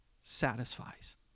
satisfies